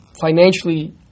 financially